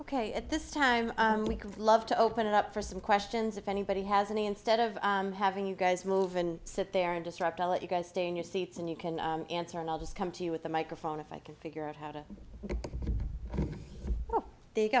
ok at this time of love to open it up for some questions if anybody has any instead of having you guys move and sit there and distract i'll let you guys stay in your seats and you can answer and i'll just come to you with a microphone if i can figure out how to